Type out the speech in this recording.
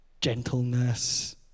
gentleness